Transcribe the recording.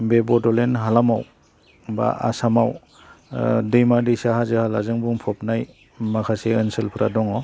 बे बड'लेण्ड हालामाव बा आसामाव दैमा दैसा हाजो हालाजों बुंफबनाय माखासे ओनसोलफोरा दङ